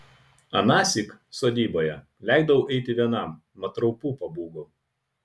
anąsyk sodyboje leidau eiti vienam mat raupų pabūgau